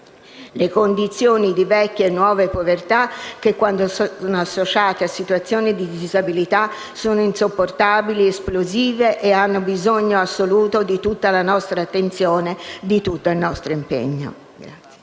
le condizioni di vecchia e nuova povertà che, quando sono associate a situazioni di disabilità, sono insopportabili, esplosive e hanno un bisogno assoluto di tutta la nostra attenzione, di tutto il nostro impegno.